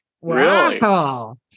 Wow